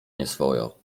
nieswojo